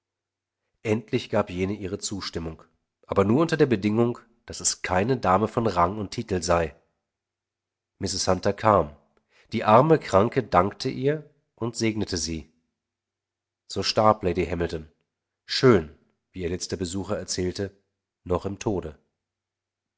endlich gab jene ihre zustimmung aber nur unter der bedingung daß es keine dame von rang und titel sei mrs hunter kam die arme kranke dankte ihr und segnete sie so starb lady hamilton schön wie ihr letzter besucher erzählt noch im tode